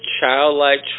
childlike